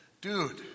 Dude